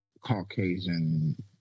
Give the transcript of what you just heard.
Caucasian